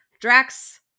Drax